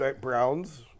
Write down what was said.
Browns